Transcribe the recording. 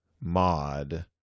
mod